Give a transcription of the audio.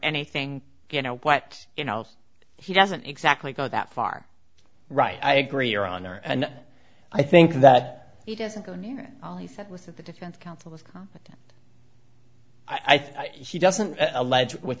anything you know what you know he doesn't exactly go that far right i agree your honor and i think that he doesn't go near at all he said was that the defense counsel of the i think he doesn't allege with